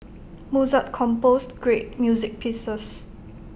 Mozart composed great music pieces